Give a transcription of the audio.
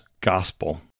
gospel